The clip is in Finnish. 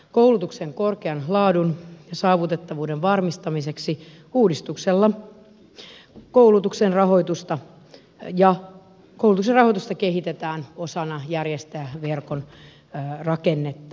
koulutuksen korkean laadun ja saavutettavuuden varmistamiseksi uudistuksella koulutuksen rahoitusta kehitetään osana järjestäjäverkon rakennetta